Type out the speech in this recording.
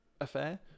affair